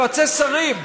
יועצי שרים,